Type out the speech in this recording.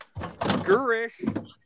Gurish